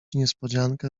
niespodziankę